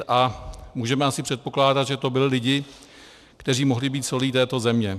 A můžeme asi předpokládat, že to byli lidi, kteří mohli být solí této země.